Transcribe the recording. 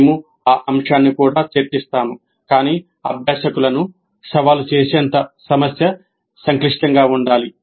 కానీ అభ్యాసకులను సవాలు చేసేంత సమస్య సంక్లిష్టంగా ఉండాలి